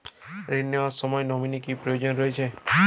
ঋণ নেওয়ার সময় নমিনি কি প্রয়োজন রয়েছে?